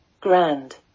grand